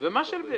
ושוב.